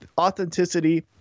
authenticity